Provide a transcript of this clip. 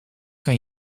kan